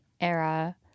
era